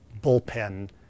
bullpen